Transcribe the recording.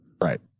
Right